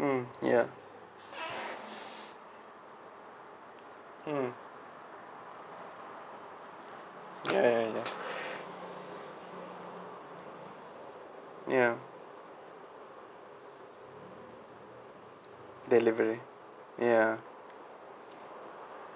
mm ya mm ya ya ya ya delivery ya